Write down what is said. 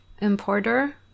importer